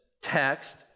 text